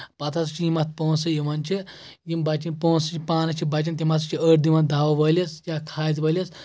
پتہٕ ہسا چھِ یِم اتھ پونٛسہٕ یِوان چھِ یِم بچان پونٛسہٕ پانس چھِ بچان تِم ہسا چھِ أڑۍ دِوان دَوا وٲلِس یا کھادِ وٲلِس